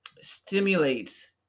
stimulates